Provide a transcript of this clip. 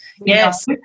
Yes